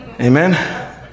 Amen